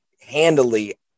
handily